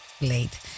late